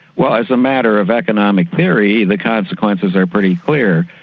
well, as a matter of economic theory, the consequences are pretty clear.